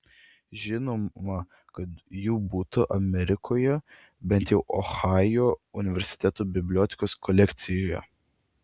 žinoma kad jų būta amerikoje bent jau ohajo universiteto bibliotekos kolekcijoje